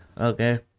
okay